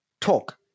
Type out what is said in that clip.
Talk